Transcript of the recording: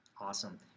Awesome